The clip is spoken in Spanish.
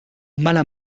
mala